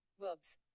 Verbs